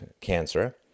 cancer